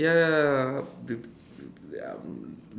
ya ya um